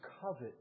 covet